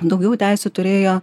daugiau teisių turėjo